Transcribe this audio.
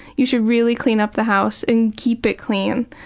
you should really clean up the house and keep it clean.